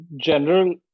general